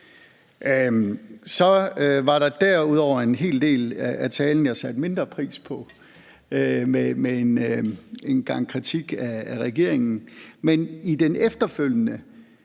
jeg satte mindre pris på, med en gang kritik af regeringen.